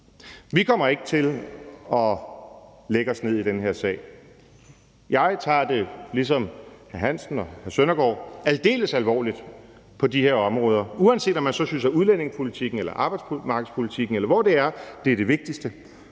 Vi kommer ikke til at lægge os ned i den her sag. Jeg tager det ligesom hr. Niels Flemming Hansen og hr. Søren Søndergaard aldeles alvorligt på de her områder, altså uanset om man så synes, at udlændingepolitikken, arbejdsmarkedspolitikken, eller hvad det er, er det vigtigste.